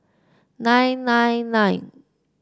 nine nine nine